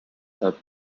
are